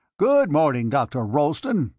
good morning, dr. rolleston,